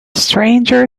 stranger